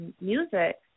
music